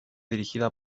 dirigida